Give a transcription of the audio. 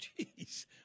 Jeez